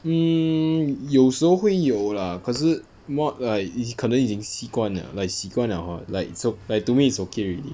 hmm 有时候会有 lah 可是 mor~ like 以可能已经习惯了 like 习惯了 hor like to me it's okay already